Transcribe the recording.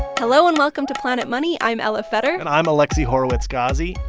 hello, and welcome to planet money. i'm elah feder and i'm alexi horowitz-ghazi.